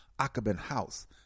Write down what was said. Akabinhouse